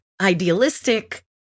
idealistic